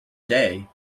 day